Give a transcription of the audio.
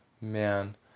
man